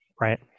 Right